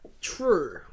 true